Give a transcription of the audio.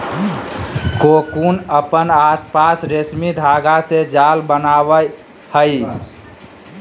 cocoon अपन आसपास रेशमी धागा से जाल बनावय हइ